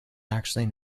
actually